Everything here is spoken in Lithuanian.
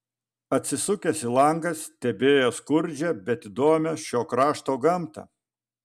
atsisukęs į langą stebėjo skurdžią bet įdomią šio krašto gamtą